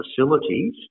facilities